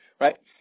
right